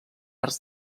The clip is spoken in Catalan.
arts